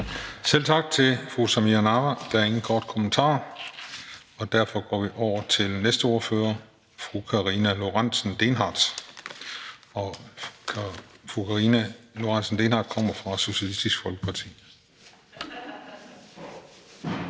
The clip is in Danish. Selv tak til fru Samira Nawa. Der er ingen korte bemærkninger. Derfor går vi over til den næste ordfører, fru Karina Lorentzen Dehnhardt, og fru Karina Lorentzen Dehnhardt kommer fra Socialistisk Folkeparti.